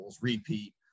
repeat